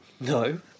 No